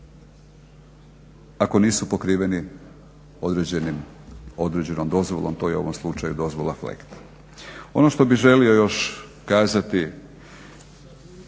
ako nisu pokriveni određenom dozvolom." To je u ovom slučaju dozvola FLEGT. Ono što bi želio još kazati,